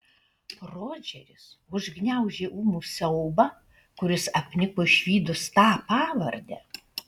rodžeris užgniaužė ūmų siaubą kuris apniko išvydus tą pavardę